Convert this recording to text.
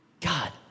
God